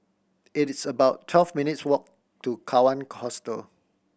it's about twelve minutes' walk to Kawan Hostel